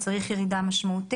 צריכה להיות ירידה משמעותית,